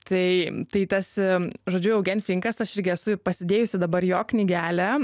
tai tai tas žodžiu eugenfinkas aš irgi esu pasidėjusi dabar jo knygelę